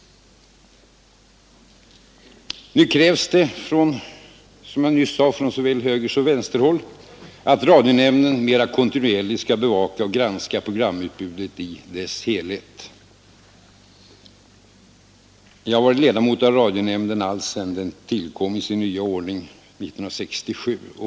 Nu krävs, som jag nyss sade, från såväl högersom vänsterhåll att radionämnden mera kontinuerligt skall bevaka och granska programutbudet i dess helhet. Jag har varit ledamot av radionämnden alltsedan denna tillkom i sin nya ordning 1967.